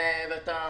ואתה אומר,